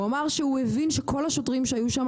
הוא אמר שהוא הבין שכל השוטרים שהיו שם